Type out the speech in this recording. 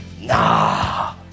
nah